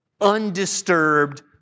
undisturbed